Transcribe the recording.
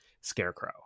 scarecrow